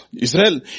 Israel